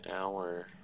hour